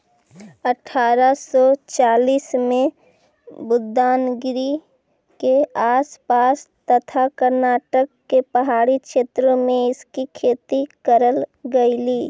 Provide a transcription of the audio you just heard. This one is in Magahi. अठारा सौ चालीस में बुदानगिरी के आस पास तथा कर्नाटक के पहाड़ी क्षेत्रों में इसकी खेती करल गेलई